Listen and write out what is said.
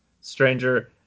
Stranger